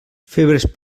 febres